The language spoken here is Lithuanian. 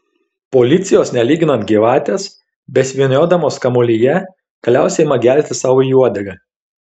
policijos nelyginant gyvatės besivyniodamos kamuolyje galiausiai ima gelti sau į uodegą